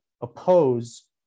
oppose